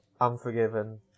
Unforgiven